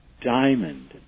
diamond